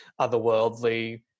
otherworldly